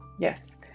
Yes